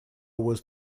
was